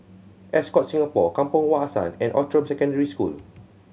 Ascott Singapore Kampong Wak Hassan and Outram Secondary School